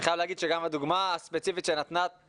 אני חייב להגיד שגם הדוגמה הספציפית שנתת,